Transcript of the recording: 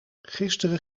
gisteren